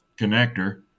connector